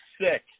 sick